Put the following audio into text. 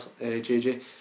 JJ